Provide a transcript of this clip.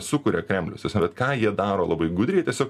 sukuria kremlius tapasme bet ką jie daro labai gudriai tiesiog